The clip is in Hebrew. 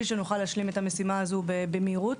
שנוכל להשלים את המשימה הזו במהירות.